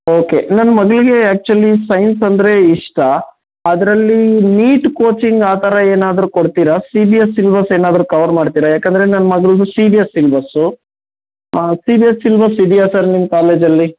okay ನನ್ನ ಮಗ್ಳಿಗೆ actually science ಅಂದರೆ ಇಷ್ಟ ಅದರಲ್ಲಿ ನೀಟ್ ಕೋಚಿಂಗ್ ಆ ಥರ ಏನಾದರೂ ಕೊಡ್ತೀರಾ ಸಿ ಬಿ ಎಸ್ ಸಿಲ್ಬಸ್ ಏನಾದರೂ ಕವರ್ ಮಾಡ್ತೀರಾ ಯಾಕೆಂದ್ರೆ ನನ್ನ ಮಗಳದು C B S syllabus C B S syllabus ಇದೇಯ ಸರ್ ನಿಮ್ಮ ಕಾಲೇಜಲ್ಲಿ